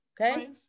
okay